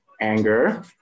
anger